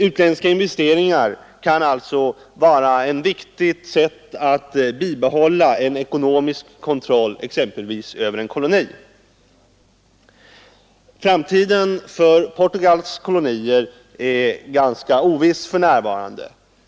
Utländska investeringar kan alltså vara ett viktigt sätt att bibehålla en ekonomisk kontroll, exempelvis över en koloni. Framtiden för Portugals kolonier är ganska oviss för närvarande.